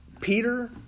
Peter